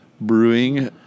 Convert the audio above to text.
Brewing